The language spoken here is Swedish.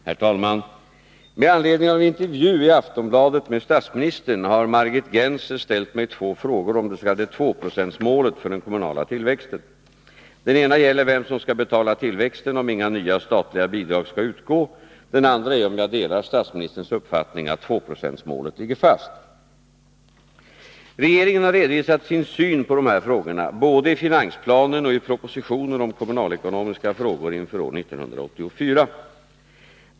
Herr talman! Med anledning av en intervju i Aftonbladet med statsministern har Margit Gennser ställt mig två frågor om det s.k. tvåprocentsmålet för den kommunala tillväxten. Den ena gäller vem som skall betala tillväxten om inga nya statliga bidrag skall utgå. Den andra är om jag delar statsministerns uppfattning att tvåprocentsmålet ligger fast. Regeringen har redovisat sin syn på dessa frågor både i finansplanen och i propositionen om kommunalekonomiska frågor inför år 1984.